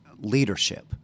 leadership